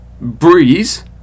breeze